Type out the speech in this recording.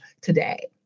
today